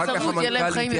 אחר כך המנכ"ל יתייחס.